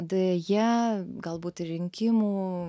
deja galbūt rinkimų